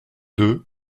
deux